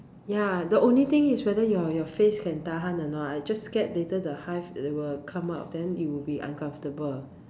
ya the only thing is whether your your face can tahan or not I just scared later the hives will come out then it will be uncomfortable